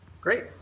Great